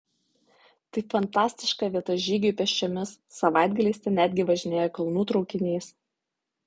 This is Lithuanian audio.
tai fantastiška vieta žygiui pėsčiomis savaitgaliais ten netgi važinėja kalnų traukinys